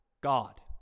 God